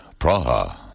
Praha